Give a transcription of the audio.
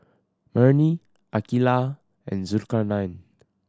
Murni Aqeelah and Zulkarnain